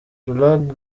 laurent